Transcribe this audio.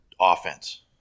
offense